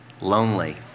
lonely